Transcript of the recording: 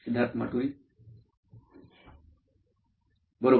सिद्धार्थ माटुरी मुख्य कार्यकारी अधिकारी नॉइन इलेक्ट्रॉनिक्स बरोबर